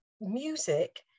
music